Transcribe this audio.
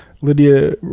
Lydia